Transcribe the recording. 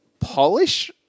polish